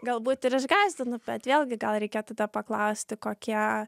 galbūt ir išgąsdina bet vėlgi gal reikėtų ta paklausti kokie